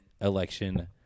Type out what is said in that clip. election